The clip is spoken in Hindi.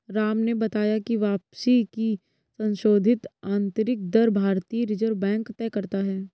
राम ने बताया की वापसी की संशोधित आंतरिक दर भारतीय रिजर्व बैंक तय करता है